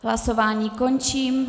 Hlasování končím.